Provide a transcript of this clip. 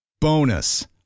Bonus